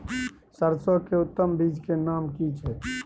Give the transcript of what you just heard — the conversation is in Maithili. सरसो के उत्तम बीज के नाम की छै?